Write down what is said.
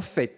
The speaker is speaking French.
fiscale.